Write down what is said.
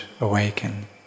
awaken